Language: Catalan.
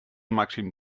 màxim